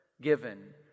given